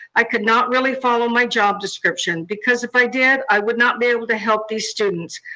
i could not really follow my job description, because if i did, i would not be able to help these students.